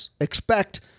expect